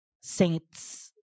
saints